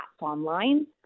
online